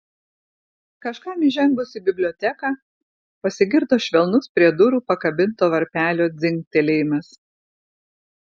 kažkam įžengus į biblioteką pasigirdo švelnus prie durų pakabinto varpelio dzingtelėjimas